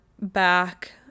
back